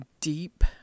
deep